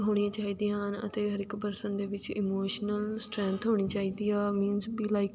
ਹੋਣੀਆਂ ਚਾਹੀਦੀਆਂ ਹਨ ਅਤੇ ਹਰ ਇੱਕ ਪਰਸਨ ਦੇ ਵਿੱਚ ਇਮੋਸ਼ਨਲ ਸਟਰੈਂਥ ਹੋਣੀ ਚਾਹੀਦੀ ਆ ਮੀਨਸ ਵੀ ਲਾਈਕ